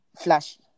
flashy